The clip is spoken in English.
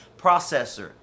processor